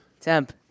Temp